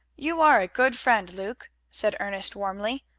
you are a good friend, luke, said ernest warmly.